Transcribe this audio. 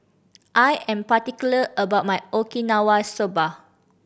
I am particular about my Okinawa Soba